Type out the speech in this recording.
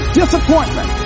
disappointment